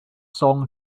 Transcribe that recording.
song